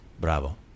Bravo